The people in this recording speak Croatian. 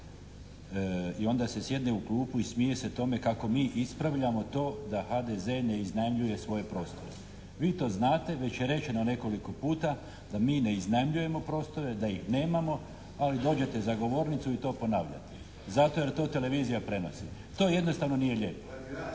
i onda se sjedne u klupu i smije se tome kako mi ispravljamo to da HDZ ne iznajmljuje svoje prostore. Vi to znate, već je rečeno nekoliko puta, da mi ne iznajmljujemo prostore, da ih nemamo ali dođete za govornicu i to ponavljate zato jer to televizija prenosi. To jednostavno nije lijepo